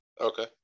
Okay